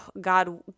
God